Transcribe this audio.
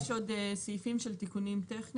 כן, יש עוד סעיפים של תיקונים טכניים.